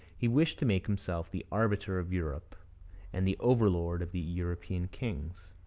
he wished to make himself the arbiter of europe and the over-lord of the european kings.